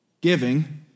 Giving